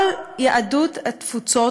כל יהדות התפוצות,